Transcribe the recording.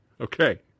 Okay